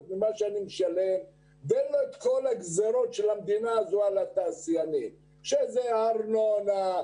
שאני משלם ואין לו את כל הגזרות של המדינה הזו על התעשיינים כמו: ארנונה,